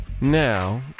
Now